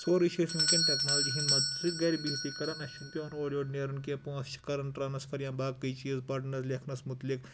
سورُے چھِ أسۍ ؤنکیٚن ٹیکنالوجی ہِنٛد مَدتہٕ سۭتۍ گَرِ بِہتٕے کَران اَسہِ چھُنہٕ پٮ۪وَان اورٕ یور نیرُن کینٛہہ پۄنٛسہٕ چھِ کَران ٹرٛانَسفَر یا باقٕے چیٖز پَرنَس لیکھنَس متلِق